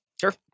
sure